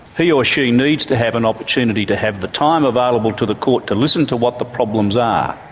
he or she needs to have an opportunity to have the time available to the court to listen to what the problems are,